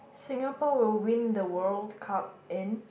Singapore will win the World Cup in